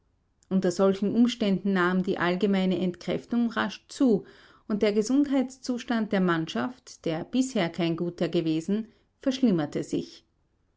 unter solchen umständen nahm die allgemeine entkräftung rasch zu und der gesundheitszustand der mannschaft der bisher kein guter gewesen verschlimmerte sich